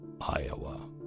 Iowa